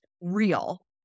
real